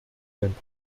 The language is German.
wenn